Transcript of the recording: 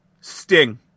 Sting